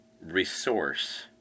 resource